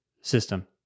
system